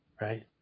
right